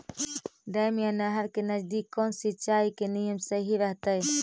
Dam या नहर के नजदीक कौन सिंचाई के नियम सही रहतैय?